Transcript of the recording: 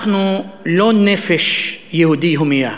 אנחנו לא נפש יהודי הומייה,